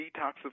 detoxification